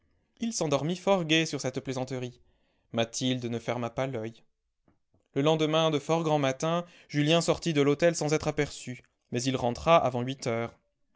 il s'endormit fort gai sur cette plaisanterie mathilde ne ferma pas l'oeil le lendemain de fort grand matin julien sortit de l'hôtel sans être aperçu mais il rentra avant huit heures